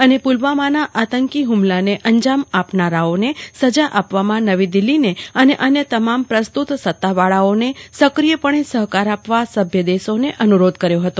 અને પુલવામાના આતંકી હુમલાને અંજામ આપનારાઓને સજા આપવામાં નવી દિલ્હી અને અન્ય તમામ પ્રસ્તુત સતાવાળાઓને સક્રિયપણે સહકાર આપવા સભ્યદેશોને અનુરોધ કર્યો હતો